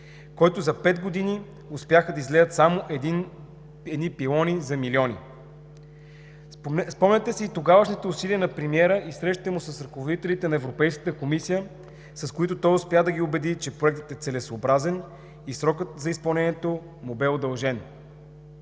които за пет години успяха да излеят само едни пилони за милиони. Спомняте си и тогавашните усилия на премиера и срещите му с ръководителите на Европейската комисия, които той успя да убеди, че проектът е целесъобразен, и срокът за изпълнението му бе удължен.